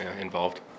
involved